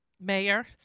Mayor